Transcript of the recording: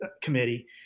committee